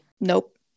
Nope